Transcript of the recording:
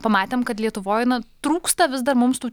pamatėm kad lietuvoj na nutrūksta vis dar mums tų